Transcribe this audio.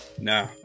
No